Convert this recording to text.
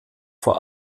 vor